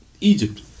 Egypt